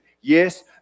Yes